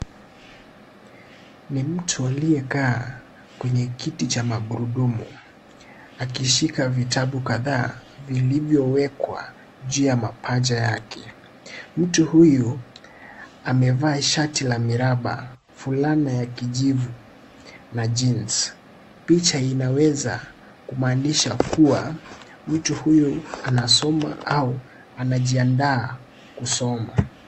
Ni mtu aliyekaa kwenye kiti cha magurudumu akishika vitabu kadhaa vilivyowekwa juu ya mapaja yake. Mtu huyu amevaa shati la miraba, fulana ya kijivu na jeans . Picha inaweza kumaanisha kuwa mtu huyu anasoma au anajiandaa kusoma.